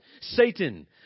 Satan